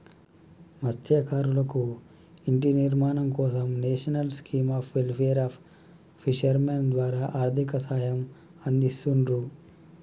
మత్స్యకారులకు ఇంటి నిర్మాణం కోసం national scheme of welfare of fishermen ద్వారా ఆర్థిక సహాయం అందిస్తున్రు